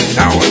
now